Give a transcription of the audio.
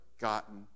gotten